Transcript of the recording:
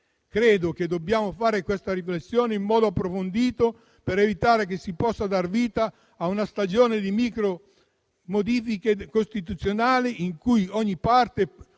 Credo che dobbiamo fare questa riflessione in modo approfondito per evitare che si possa dar vita a una stagione di micromodifiche costituzionali in cui ogni parte,